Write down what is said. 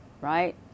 right